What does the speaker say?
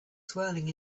swirling